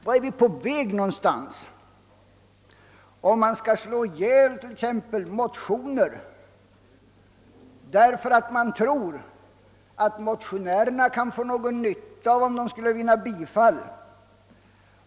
Vart är vi på väg när motioner skall avslås bara därför att motionärerna anses kunna vinna någon fördel i händelse av bifall?